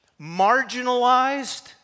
marginalized